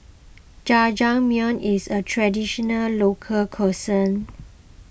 Jajangmyeon is a Traditional Local Cuisine